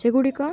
ସେଗୁଡ଼ିକ